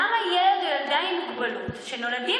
למה ילד או ילדה עם מוגבלות שנולדים